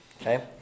okay